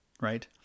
right